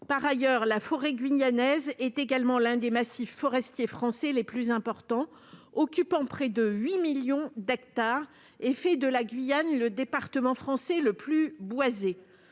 par ailleurs, la forêt guyanaise est également l'un des massifs forestiers français les plus importants, avec près de 8 millions d'hectares, et fait de la Guyane le département français le plus boisé.